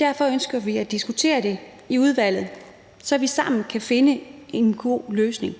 Derfor ønsker vi at diskutere det i udvalget, så vi sammen kan finde en god løsning.